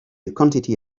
quantity